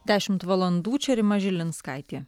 dešimt valandų čia rima žilinskaitė